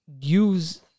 use